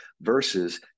versus